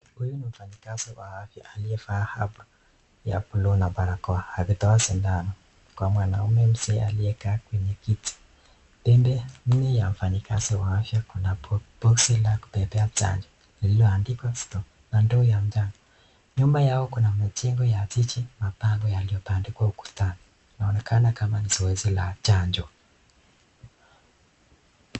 Huyu ni mfanyikazi wa afya aliyevaa hapa ya blue na barakoa. Anatoa sindano kwa mwanaume mzee aliyekaa kwenye kiti. Pembeni ya mfanyikazi wa afya, kuna boksi la kupepea chanjo lililoandikwa "STOP" na ndoo ya njano. Nyuma yao kuna majengo ya jiji, mabango yaliyobandikwa ukutani. Inaonekana kama ni zoezi la chanjo.